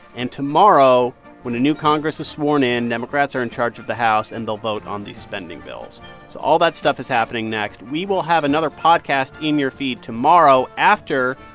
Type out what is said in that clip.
and tomorrow when a new congress is sworn in, democrats are in charge of the house and they'll vote on the spending bills. so all that stuff is happening next. we will have another podcast in your feed tomorrow. after,